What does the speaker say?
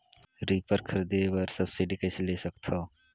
Reaper खरीदे बर subsidy कइसे ले सकथव?